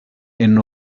and